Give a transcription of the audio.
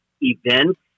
events